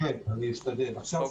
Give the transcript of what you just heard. לא שאנחנו נצא מזה עשירים,